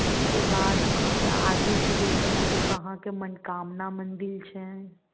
ओइके बाद अहाँके आगे जेबै कनी तऽ ओत्तऽ अहाँके मनकामना मन्दिल छै